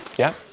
yeah,